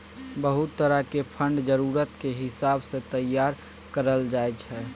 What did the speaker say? बहुत तरह के फंड जरूरत के हिसाब सँ तैयार करल जाइ छै